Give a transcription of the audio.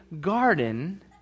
garden